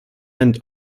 end